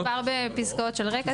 מדובר בפסקאות של רקע